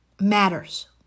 matters